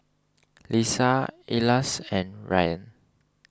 Lisa Elyas and Ryan